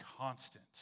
constant